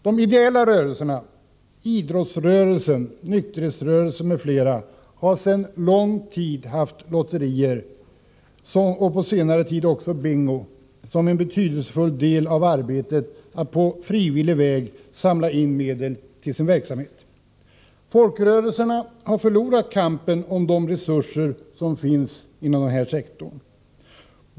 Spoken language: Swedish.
De ideella rörelserna — idrottsrörelsen, nykterhetsrörelsen m.fl. — har sedan lång tid haft lotterier och på senare tid också bingo som en betydelsefull del av arbetet att på frivillig väg samla in medel till sin verksamhet. Folkrörelserna har förlorat kampen om de resurser som finns inom lotterisektorn.